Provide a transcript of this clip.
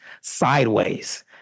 sideways